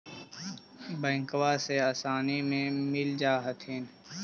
बैंकबा से आसानी मे मिल जा हखिन?